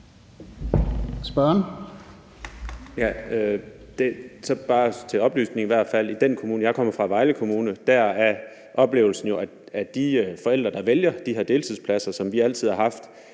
Så vil jeg bare til oplysning sige, at i den kommune, jeg kommer fra, Vejle Kommune, er oplevelsen, at de forældre, der vælger de her deltidspladser, som vi altid har haft,